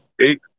Eight